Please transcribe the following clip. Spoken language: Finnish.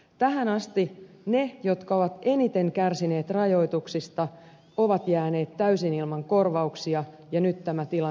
tähän asti ne jotka ovat eniten kärsineet rajoituksista ovat jääneet täysin ilman korvauksia ja nyt tämä tilanne muuttuu